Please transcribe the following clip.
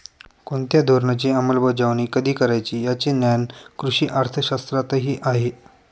कोणत्या धोरणाची अंमलबजावणी कधी करायची याचे ज्ञान कृषी अर्थशास्त्रातही आहे